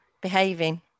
behaving